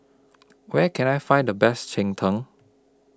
Where Can I Find The Best Cheng Tng